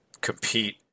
compete